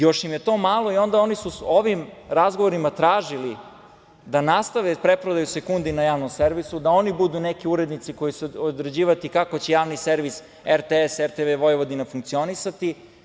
Još im je to malo, pa su onda u ovim razgovorima tražili da nastave preprodaju sekundi na javnom servisu, da oni budu neki urednici koji će određivati kako će javni servis RTS i RTV funkcionisati.